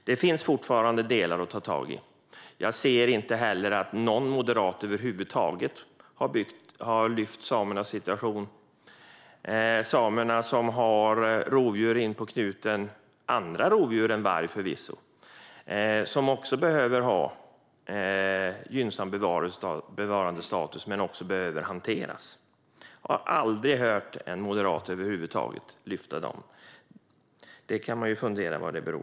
Det finns fortfarande delar att ta tag i. Jag ser inte att någon moderat över huvud taget har lyft upp samernas situation. Samerna har rovdjur inpå knuten - andra rovdjur än varg förvisso - som också behöver ha en gynnsam bevarandestatus och som även behöver hanteras. Jag har aldrig hört en moderat lyfta upp detta över huvud taget, och man kan fundera på vad det beror på.